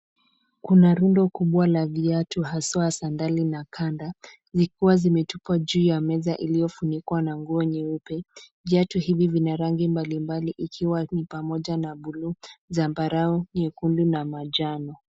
Kuna rundo kubwa la viatu haswa sandali na kanda, zikiwa zimetupwa juu ya meza iliyofunikwa na nguo nyeupe. Viatu hivi ni vya rangi mbalimbali ikiwa ni pamoja na buluu, zambarau, nyekundu na manjano.